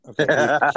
Okay